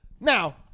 Now